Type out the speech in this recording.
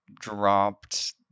dropped